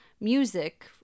music